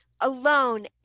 alone